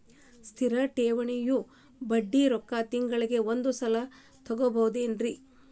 ಸ್ಥಿರ ಠೇವಣಿಯ ಬಡ್ಡಿ ರೊಕ್ಕ ತಿಂಗಳಿಗೆ ಒಂದು ಸಲ ತಗೊಬಹುದೆನ್ರಿ?